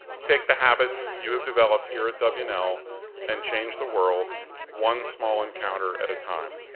take the habits you have developed here at w and l and change the world one small encounter at a time.